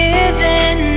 Given